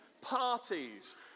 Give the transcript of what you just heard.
Parties